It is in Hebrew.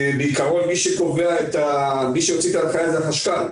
בעקרון מי שהוציא את ההנחיה זה החשכ"ל.